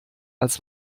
als